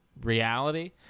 reality